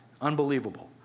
Unbelievable